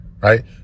right